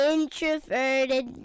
Introverted